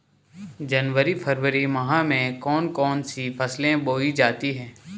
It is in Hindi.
जनवरी फरवरी माह में कौन कौन सी फसलें बोई जाती हैं?